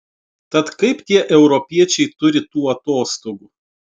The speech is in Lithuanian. tad kaip tie europiečiai turi tų atostogų